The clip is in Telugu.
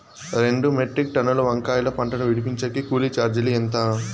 రెండు మెట్రిక్ టన్నుల వంకాయల పంట ను విడిపించేకి కూలీ చార్జీలు ఎంత?